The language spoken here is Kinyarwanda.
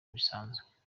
bisanzwe